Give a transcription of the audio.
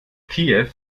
kiew